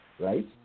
right